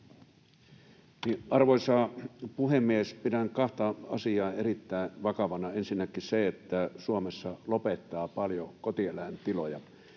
Arvoisa puhemies! Pidän kahta asiaa erittäin vakavana. Ensinnäkin on se, että Suomessa lopettaa paljon kotieläintiloja.